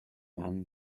man